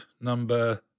number